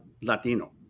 Latino